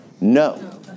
No